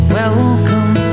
welcome